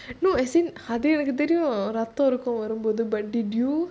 no as in அதுஎனக்குதெரியும்:adhu enaku therium did you